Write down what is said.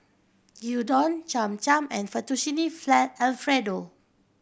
Gyudon Cham Cham and Fettuccine Alfredo